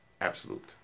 Absolute